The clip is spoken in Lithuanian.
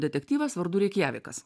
detektyvas vardu reikjavikas